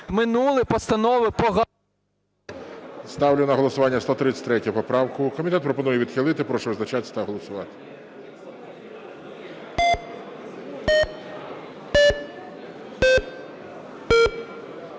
Ставлю на голосування 141 поправку. Комітет пропонує її відхилити. Прошу визначатися та голосувати.